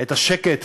את השקט,